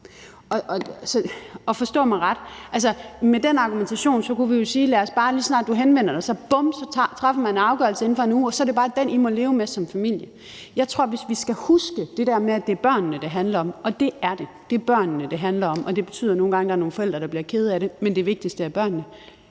Forstå mig ret: Med den argumentation kunne vi jo sige, at så snart du henvender dig, bum, så træffer man en afgørelse inden for en uge, og så er det bare den, I må leve med som familie. Jeg tror, at hvis vi skal huske det der med, at det er børnene, det handler om, og det er det – det er børnene, det handler om, og det betyder nogle gange, at der er nogle forældre, der bliver kede af det, men det vigtigste er børnene